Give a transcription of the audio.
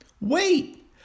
Wait